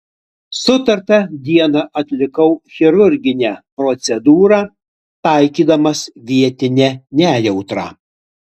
sutartą dieną atlikau chirurginę procedūrą taikydamas vietinę nejautrą